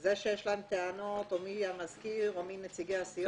זה שיש להם טענות או מי המזכיר או מי נציגי הסיעות,